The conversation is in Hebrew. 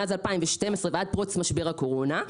מאז 2012 ועד פרוץ משבר הקורונה,